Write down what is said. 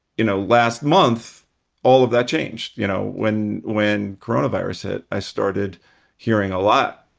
you know, last month all of that changed, you know, when when coronavirus hit. i started hearing a lot